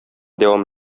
дәвам